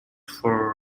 for